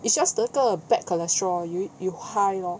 it's just 那个 bad cholesterol 有一有 high lor